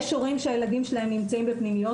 יש הורים שהילדים שלהם נמצאים בפנימיות